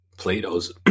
Plato's